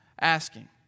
asking